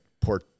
poor